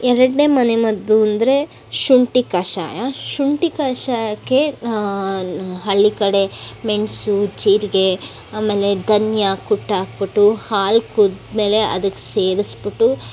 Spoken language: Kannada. ಎರಡನೇ ಮನೆ ಮದ್ದು ಅಂದರೆ ಶುಂಠಿ ಕಷಾಯ ಶುಂಠಿ ಕಷಾಯಕ್ಕೆ ಹಳ್ಳಿ ಕಡೆ ಮೆಣಸು ಜೀರಿಗೆ ಆಮೇಲೆ ಧನ್ಯ ಕುಟ್ಟಿ ಹಾಕಿಬಿಟ್ಟು ಹಾಲು ಕುದ್ದಮೇಲೆ ಅದಕ್ಕೆ ಸೇರಿಸಿಬಿಟ್ಟು